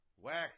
Wax